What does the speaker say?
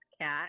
cat